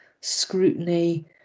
scrutiny